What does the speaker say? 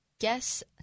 guess